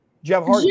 Jeff